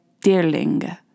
dearling